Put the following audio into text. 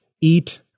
eat